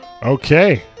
Okay